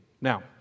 Now